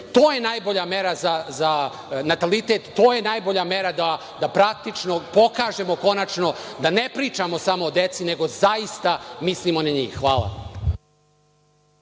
To je najbolja mera za natalitet. To je najbolja mera da praktično pokažemo, da ne pričamo samo o deci, nego da zaista mislimo na njih. Hvala.